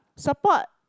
support